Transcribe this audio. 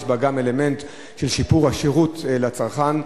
יש בה גם אלמנט של שיפור השירות לצרכן.